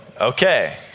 okay